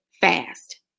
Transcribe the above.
fast